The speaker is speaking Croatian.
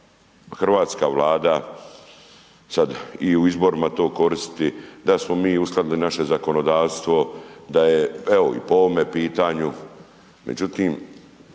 Hrvatska vlada sad i u izborima to koristiti da smo mi uskladili naše zakonodavstvo, da je evo i po ovome pitanju,